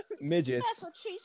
midgets